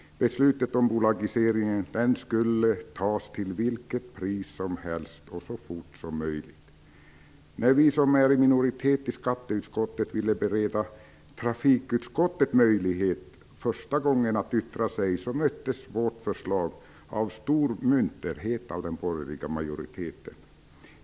Beslutet om bolagiseringen skulle fattas till vilket pris som helst och så fort som möjligt. När skatteutskottets minoritet första gången ville bereda trafikutskottet möjlighet att yttra sig möttes vårt förslag av stor munterhet från den borgerliga majoriteten.